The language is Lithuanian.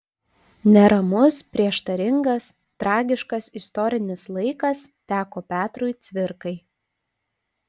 neramus prieštaringas tragiškas istorinis laikas teko petrui cvirkai